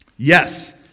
Yes